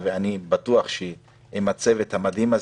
אם זה הרשות המחוקקת,